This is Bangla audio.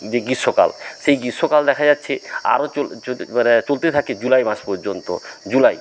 যে গ্রীষ্মকাল সেই গ্রীষ্মকাল দেখা যাচ্ছে আরো চলতে মানে চলতে থাকে জুলাই মাস পর্যন্ত জুলাই